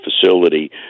facility